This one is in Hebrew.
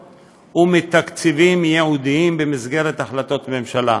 ומתקציבים ייעודיים במסגרת החלטות הממשלה.